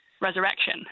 resurrection